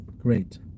great